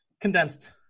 condensed